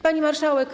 Pani Marszałek!